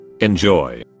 Enjoy